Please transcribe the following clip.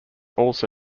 also